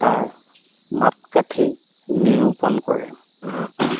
তাৰ মাপকাঠি নিৰূপণ কৰে